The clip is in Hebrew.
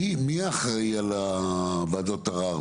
מי האחראי על ועדות ערר?